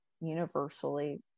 universally